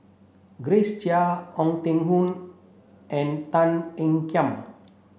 Grace Chia Ong Teng Koon and Tan Ean Kiam